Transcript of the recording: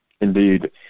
Indeed